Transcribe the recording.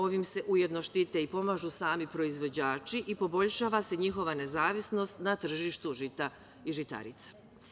Ovim se ujedno štite i pomažu sami proizvođači i poboljšava se njihova nezavisnost na tržištu žita i žitarica.